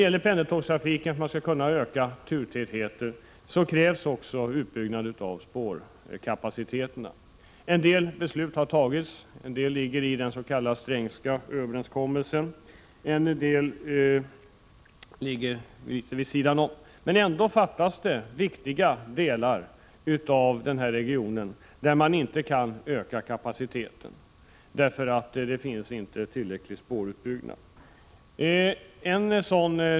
För att kunna öka turtätheten på pendeltågen krävs en utbyggnad av spårkapaciteten. En del beslut har tagits, en del ligger i den s.k. Strängska överenskommelsen, en del ligger litet vid sidan om. Ändå finns det viktiga delar av regionen, där man inte kan öka kapaciteten därför att det inte finns tillräckligt med spår.